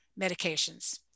medications